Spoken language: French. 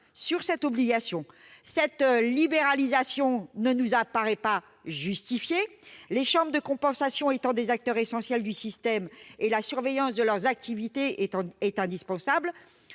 sur cette obligation. Cette libéralisation ne nous apparaît pas justifiée, les chambres de compensation étant des acteurs essentiels du système : la surveillance de leurs activités est indispensable